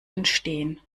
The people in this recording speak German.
entstehen